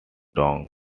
wrong